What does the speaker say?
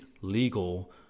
legal